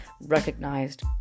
recognized